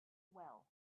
well